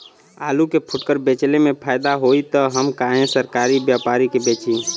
आलू के फूटकर बेंचले मे फैदा होई त हम काहे सरकारी व्यपरी के बेंचि?